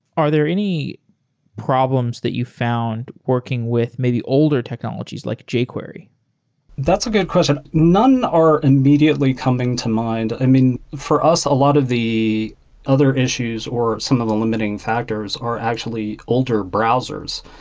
are there any problems that you found working with maybe older technologies? like jquery? sed that's a good question. none are immediately coming to mind. i mean, for us, a lot of the other issues or some of the limiting factors are actually older browsers.